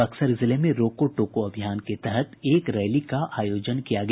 बक्सर जिले में रोको टोको अभियान के तहत एक रैली का आयोजन किया गया